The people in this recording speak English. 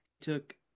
Took